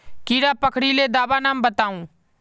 कीड़ा पकरिले दाबा नाम बाताउ?